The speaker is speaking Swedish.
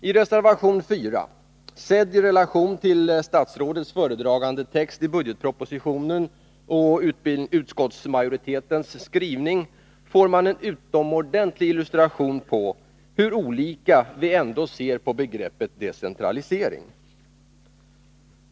I reservation nr 4, sedd i relation till statsrådets föredragande text i budgetpropositionen och till utskottsmajoritetens skrivning, får man en utomordentlig illustration till hur olika vi ändå ser på begreppet decentralisering.